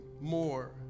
more